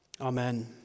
Amen